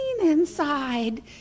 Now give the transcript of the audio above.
inside